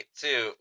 two